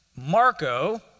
Marco